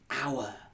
hour